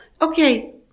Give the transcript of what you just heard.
Okay